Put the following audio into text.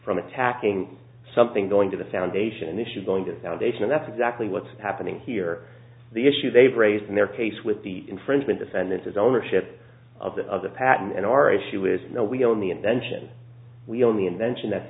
from attacking something going to the foundation issues going to foundation that's exactly what's happening here the issue they've raised in their case with the infringement defendants is ownership of the patent and our issue is no we own the invention we own the invention that